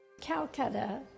Calcutta